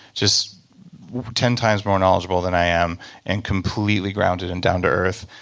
just ten times more knowledgeable than i am and completely grounded and down to earth.